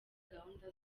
gahunda